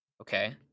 Okay